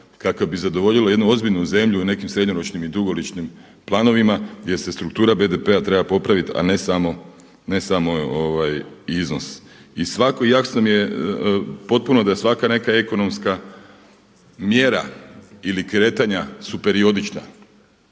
kakav bi zadovoljilo jednu ozbiljnu zemlju u nekim srednjoročnim i dugoročnim planovima gdje se struktura BDP-a treba popraviti a ne samo iznos. I svatko, jasno mi je potpuno da svaka neka ekonomska mjera ili kretanja su periodična.